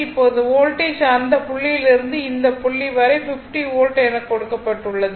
இப்போது வோல்டேஜ் அந்த புள்ளியில் இருந்து இந்த புள்ளி வரை 50 வோல்ட் எனக் கொடுக்கப்பட்டுள்ளது